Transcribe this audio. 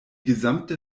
gesamte